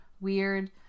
weird